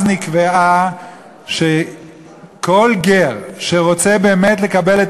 אז נקבע שכל גר שרוצה באמת לקבל את